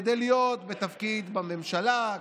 כדי להיות בתפקיד בממשלה,